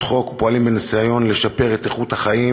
חוק ופועלים בניסיון לשפר את איכות החיים,